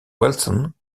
wilson